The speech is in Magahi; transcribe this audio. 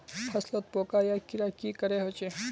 फसलोत पोका या कीड़ा की करे होचे?